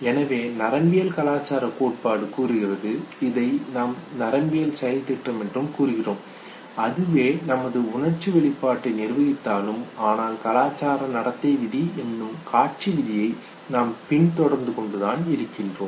எனவே நரம்பியல் கலாச்சார கோட்பாடு கூறுகிறது இதை நாம் நரம்பியல் செயல்திட்டம் என்றும் கூறுகிறோம் அதுவே நமது உணர்ச்சி வெளிப்பாட்டை நிர்வகித்தாலும் ஆனால் கலாச்சார நடத்தை விதி எனும் காட்சி விதியை நாம் பின் தொடர்ந்துகொண்டுதான் இருக்கிறோம்